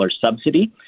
subsidy